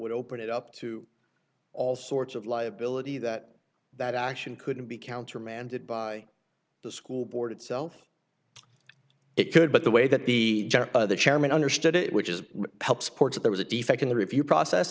would open it up to all sorts of liability that that action couldn't be countermanded by the school board itself it could but the way that the chairman understood it which is help support there was a defect in the review process